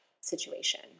situation